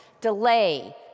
delay